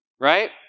Right